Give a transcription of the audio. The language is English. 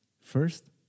First